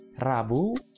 Rabu